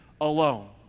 alone